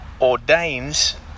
ordains